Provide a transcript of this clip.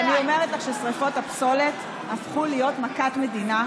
ואני אומרת לך ששרפות הפסולת הפכו להיות מכת מדינה.